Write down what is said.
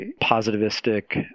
positivistic